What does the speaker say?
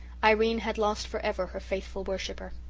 irene had lost for ever her faithful worshipper.